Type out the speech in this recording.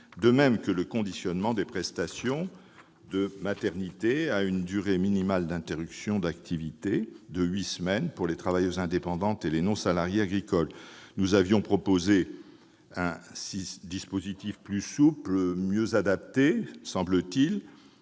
de même que le conditionnement des prestations de maternité à une durée minimale d'interruption d'activité de huit semaines pour les travailleuses indépendantes et les non-salariées. Nous avions proposé un dispositif plus souple, mieux adapté, pour